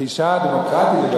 כאשה דמוקרטית,